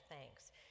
thanks